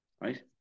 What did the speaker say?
Right